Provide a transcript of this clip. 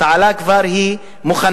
התעלה כבר מוכנה,